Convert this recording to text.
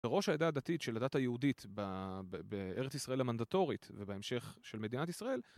בראש העדה הדתית של הדת היהודית בארץ ישראל המנדטורית ובהמשך של מדינת ישראל